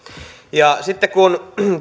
sitten kun